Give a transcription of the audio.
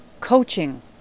coaching